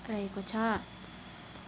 रहेको छ